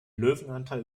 löwenanteil